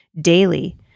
daily